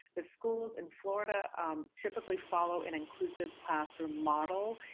the schools in florida typically follow an inclusive classroom model,